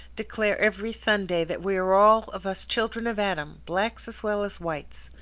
declare every sunday that we are all of us children of adam blacks as well as whites.